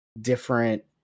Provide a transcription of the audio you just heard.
different